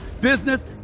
business